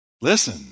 listen